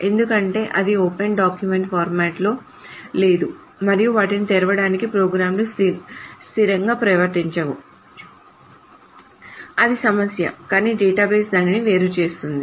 ఎందుకంటే అది open document ఫార్మాట్లో లేదు మరియు వాటిని తెరవడానికి ప్రోగ్రామ్లు స్థిరం గా ప్రవర్తించవు అది సమస్య కానీ డేటాబేస్ దానిని వేరు చేస్తుంది